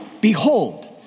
Behold